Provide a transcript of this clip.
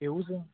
એવું છે